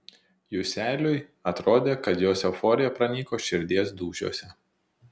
juseliui atrodė kad jos euforija pranyko širdies dūžiuose